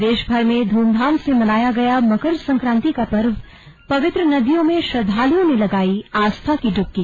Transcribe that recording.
प्रदेशभर में ध्रमधाम से मनाया गया मकर संक्रांति का पर्वपवित्र नदियों में श्रद्दालुओं ने लगाई आस्था की ड्बकी